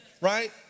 right